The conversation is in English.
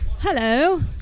Hello